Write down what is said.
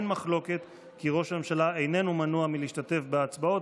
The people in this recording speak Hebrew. אין מחלוקת כי ראש הממשלה איננו מנוע מלהשתתף בהצבעות,